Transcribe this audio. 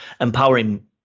empowering